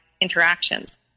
interactions